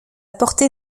portée